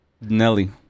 Nelly